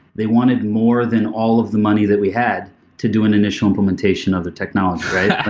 they wanted more than all of the money that we had to do an initial implementation of the technology right? yeah